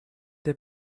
der